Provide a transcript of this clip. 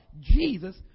Jesus